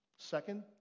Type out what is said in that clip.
Second